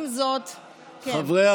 חברי